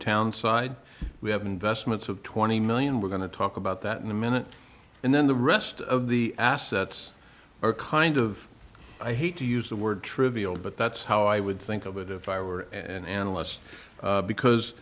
town side we have investments of twenty million we're going to talk about that in a minute and then the rest of the assets are kind of i hate to use the word trivial but that's how i would think of it if i were an analyst because